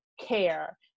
care